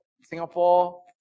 Singapore